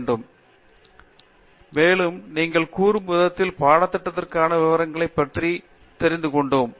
பேராசிரியர் பிரதாப் ஹரிதாஸ் சரி பெரியது மேலும் நீங்கள் கூறும் விதத்தில் பாடத்திட்டத்திற்கான விவரங்களைப் பற்றி தெரிந்துகொண்டோம்